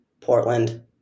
Portland